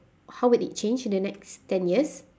how would it change the next ten years